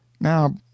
Now